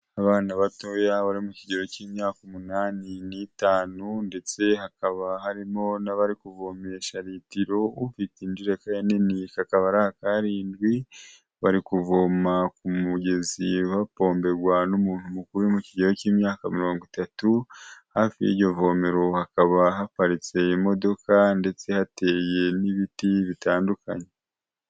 Abana batoya bari mu kigero cy'imyaka umunani n'itanu ndetse hakaba harimo n'abari kuvomesha ritiro, ufite injerekani nini akaba ari akarindwi, bari kuvoma ku mugezi bapomberwa n'umuntu mukuru uri mu kigero cy'imyaka mirongo itatu, hafi y'iryo vomero hakaba haparitse imodoka ndetse hateye n'ibiti bitandukanye.